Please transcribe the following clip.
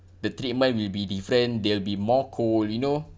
the treatment will be different they'll be more cold you know